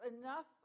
Enough